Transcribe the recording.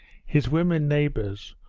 his women neighbours,